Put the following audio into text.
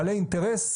בעלי אינטרס